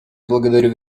благодарю